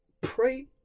pray